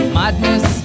madness